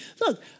look